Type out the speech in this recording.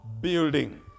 building